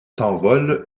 tanvol